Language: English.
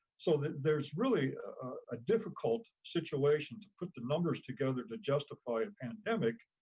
so there's really a difficult situation to put the numbers together to justify a pandemic.